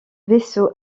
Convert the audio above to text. vaisseau